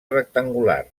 rectangular